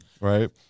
right